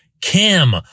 Cam